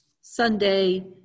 Sunday